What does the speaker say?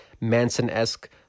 Manson-esque